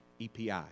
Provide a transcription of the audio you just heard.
epi